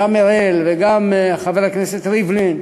גם אראל וגם חבר הכנסת ריבלין,